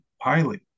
highly